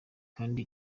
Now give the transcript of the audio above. kandi